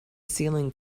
ceiling